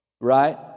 right